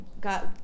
got